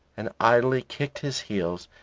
and idly kicked his heels,